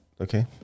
okay